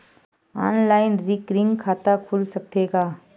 Online recurring खाता खुल सकथे का?